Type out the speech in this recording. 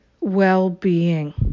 well-being